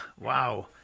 wow